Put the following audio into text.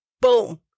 Boom